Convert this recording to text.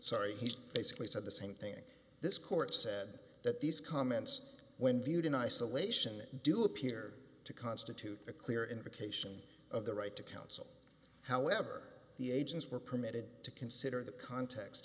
sorry he basically said the same thing this court said that these comments when viewed in isolation do appear to constitute a clear invocation of the right to counsel however the agents were permitted to consider the context